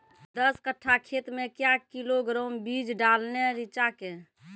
दस कट्ठा खेत मे क्या किलोग्राम बीज डालने रिचा के?